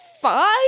Five